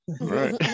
right